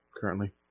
currently